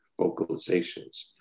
vocalizations